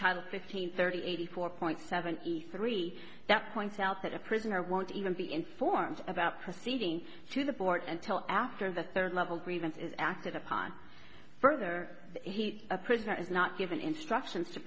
title fifteen thirty eighty four point seven east three that points out that a prisoner won't even be informed about proceedings to the board and till after the third level grievance is acted upon further he a prisoner is not given instructions to